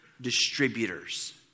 distributors